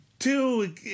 Two